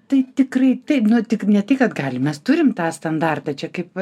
tai tikrai taip nu tik ne tai kad galim mes turim tą standartą čia kaip